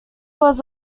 was